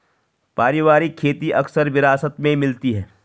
पारिवारिक खेती अक्सर विरासत में मिलती है